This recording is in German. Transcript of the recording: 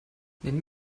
nennen